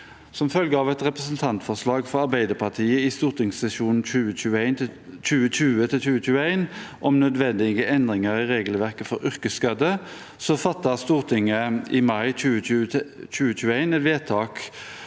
Som følge av et representantforslag fra Arbeiderpartiet i stortingssesjonen 2020–2021, om nødvendige endringer i regelverket for yrkesskade, fattet Stortinget i mai 2021 et vedtak